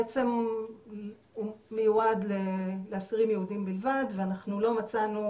ובעצם הוא מיועד לאסירים יהודים בלבד ואנחנו לא מצאנו,